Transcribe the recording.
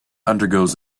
undergoes